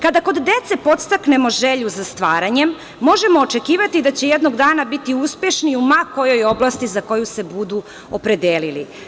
Kada kod dece podstaknemo želju za stvaranjem, možemo očekivati da će jednog dana biti uspešni u ma kojoj oblasti za koju se budu opredelili.